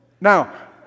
Now